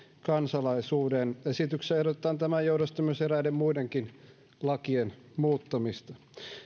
kansalaisuuden esityksessä ehdotetaan tämän johdosta myös eräiden muidenkin lakien muuttamista